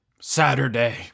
Saturday